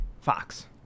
fox